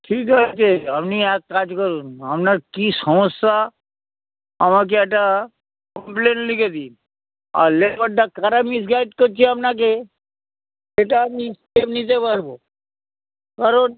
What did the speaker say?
ঠিক আছে আপনি এক কাজ করুন আপনার কি সমস্যা আমাকে একটা কমপ্লেন লিখে দিন আর লেবারটা কারা মিসগাইড করছে আপনাকে সেটা আমি স্টেপ নিতে পারবো কারণ